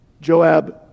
Joab